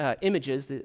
images